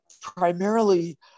primarily